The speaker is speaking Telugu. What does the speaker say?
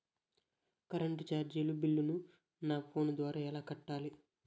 కరెంటు చార్జీల బిల్లును, నా ఫోను ద్వారా ఎలా కట్టాలి?